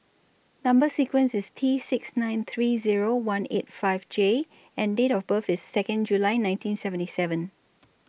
Number sequence IS T six nine three Zero one eight five J and Date of birth IS Second July nineteen seventy seven